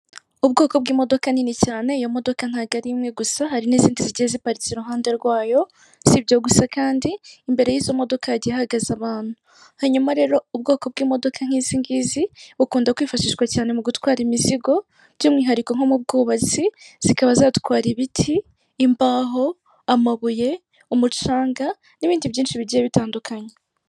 Ubwoko bw'imodoka nini cyane, iyo modoka ntabwo ari imwe gusa hari n'izindi zigiye ziparitse iruhande rwayo, si ibyo gusa kandi imbere y'izo modoka hagiye hahagaze abantu, hanyuma rero ubwoko bw'imodoka nk'izi ngizi bukunda kwifashishwa cyane mu gutwara imizigo, by'umwihariko nko mu bwubatsi zikaba zatwara ibiti, imbaho, amabuye, umucanga n'ibindi byinshi bigiye bitandukanye.